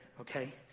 Okay